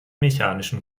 mechanischen